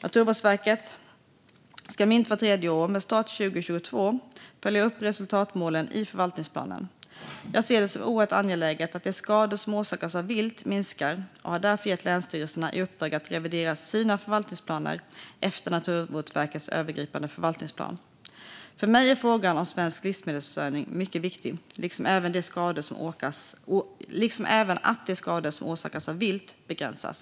Naturvårdsverket ska minst vart tredje år, med start 2022, följa upp resultatmålen i förvaltningsplanen. Jag ser det som oerhört angeläget att de skador som orsakas av vilt minskar och har därför gett länsstyrelserna i uppdrag att revidera sina förvaltningsplaner efter Naturvårdsverkets övergripande förvaltningsplan. För mig är frågan om svensk livsmedelsförsörjning mycket viktig liksom även att de skador som orsakas av vilt begränsas.